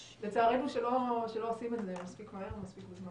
לצערנו לא עושים את זה מספיק מהר ומספיק בזמן.